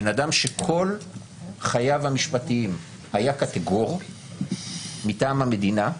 בן אדם שכל חייו המשפטיים היה קטגור מטעם המדינה,